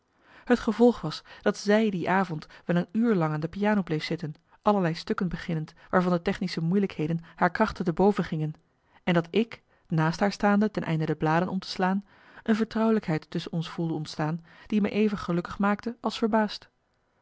het gevolg was dat zij die avond wel een uur lang aan de piano bleef zitten allerlei stukken beginnend waarvan de technische moeilijkheden haar krachten te boven gingen en dat ik naast haar staande ten einde de bladen om te slaan een vertrouwelijkheid tusschen ons voelde ontstaan die me even gelukkig maakte als verbaasd